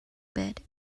bed